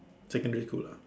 secondary too lah